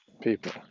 people